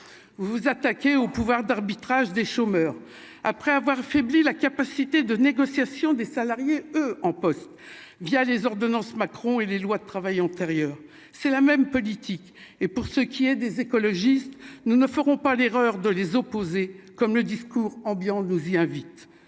vous vous attaquez au pouvoir d'arbitrage des chômeurs après avoir affaibli la capacité de négociation des salariés eux en poste, via les ordonnances Macron et les lois de travail antérieur, c'est la même politique et pour ce qui est des écologistes, nous ne ferons pas l'erreur de les opposer comme le discours ambiant nous y invite,